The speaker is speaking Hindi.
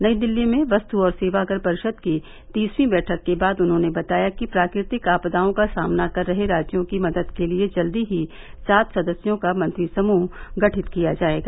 नई दिल्ली में वस्तु और सेवाकर परिषद की तीसवीं बैठक के बाद उन्होंने बताया कि प्राकृतिक आपदाओं का सामना कर रहे राज्यों की मदद के लिए जल्दी ही सात सदस्यों का मंत्री समूह गठित किया जायेगा